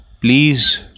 Please